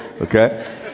Okay